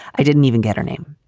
i didn't even get her name.